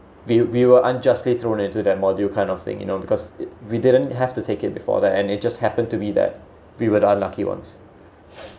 we we were unjustly thrown into that module kind of thing you know because we didn't have to take it before that and it just happened to be that we were unlucky ones